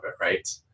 right